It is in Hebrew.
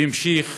והמשיך